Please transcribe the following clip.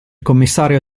commissario